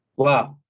wow!